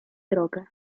drogę